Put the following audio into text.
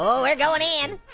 we're goin' in!